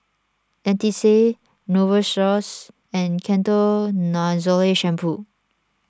Dentiste Novosource and Ketoconazole Shampoo